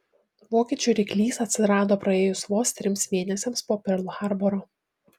vokiečių ryklys atsirado praėjus vos trims mėnesiams po perl harboro